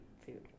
food